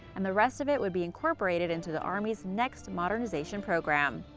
and the rest of it would be incorporated into the army's next modernization program.